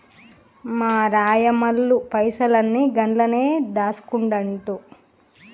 మా రాయమల్లు పైసలన్ని గండ్లనే దాస్కుంటండు